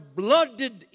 blooded